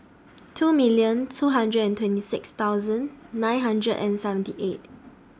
two million two hundred and twenty six thousand nine hundred and seventy eight